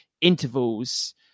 intervals